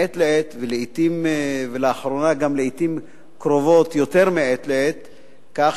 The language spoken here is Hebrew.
ולאחרונה גם לעתים קרובות יותר, כך